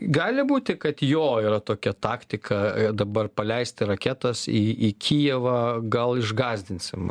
gali būti kad jo yra tokia taktika dabar paleisti raketas į į kijevą gal išgąsdinsim